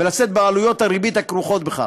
ולשאת בעלויות הריבית הכרוכות בכך.